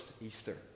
Easter